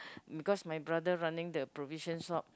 because my brother running the provision shop